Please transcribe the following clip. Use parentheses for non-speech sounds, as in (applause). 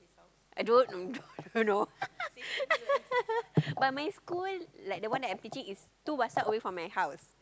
I don't don't know (laughs) but my school like the one I'm teaching is two bus stop away from my house